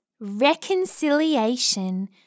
Reconciliation